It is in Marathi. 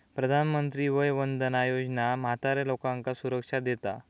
प्रधानमंत्री वय वंदना योजना म्हाताऱ्या लोकांका सुरक्षा देता